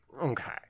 okay